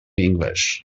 english